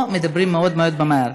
או שמדברים מאוד מאוד מהר.